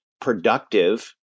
productive